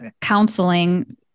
counseling